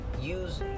use